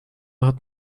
hat